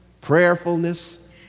prayerfulness